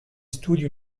studi